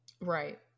right